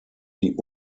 die